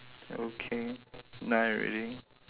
okay nine already